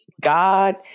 god